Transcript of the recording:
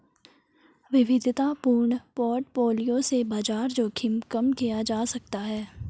विविधतापूर्ण पोर्टफोलियो से बाजार जोखिम कम किया जा सकता है